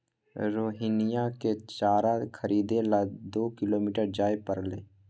रोहिणीया के चारा खरीदे ला दो किलोमीटर जाय पड़लय